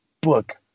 book